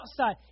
outside